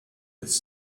its